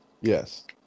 Yes